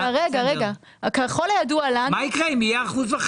מה יקרה אם יהיה 1.5%?